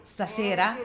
Stasera